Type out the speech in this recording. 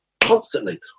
constantly